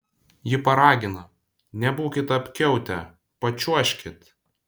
ji paragina nebūkit apkiautę pačiuožkit